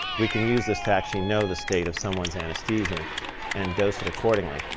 we can use this to actually know the state of someone's anesthesia and and dose it accordingly,